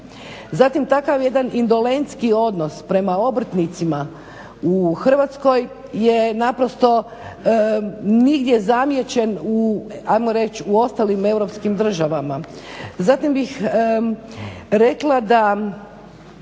Zatim takav jedan indolentski odnos prema obrtnicima u Hrvatskoj je naprosto nigdje zamijećen u ajmo reći u ostalim europskim državama. Zatim bih rekla da